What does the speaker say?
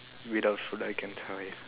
without food I can survive